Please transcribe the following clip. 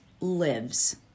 lives